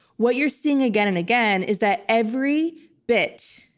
what you're seeing, again and again, is that every bit,